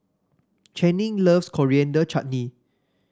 Channing loves Coriander Chutney